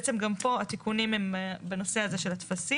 בעצם גם פה התיקונים הם בנושא הזה של הטפסים,